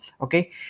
Okay